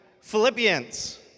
Philippians